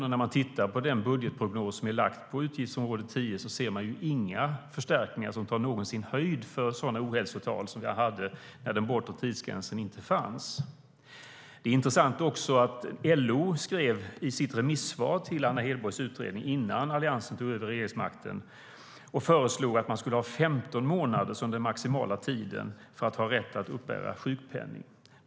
Och när man tittar på den budgetprognos som är lagd på utgiftsområde 10 ser man inga förstärkningar som tar någon höjd för sådana ohälsotal som vi hade när den bortre tidsgränsen inte fanns. Det är också intressant att LO i sitt remissvar med anledning av Anna Hedborgs utredning förslog att man skulle ha 15 månader som den maximala tiden för att ha rätt att uppbära sjukpenning - det var innan Alliansen tog över regeringsmakten.